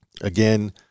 again